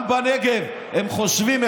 גם בנגב הם חושבים,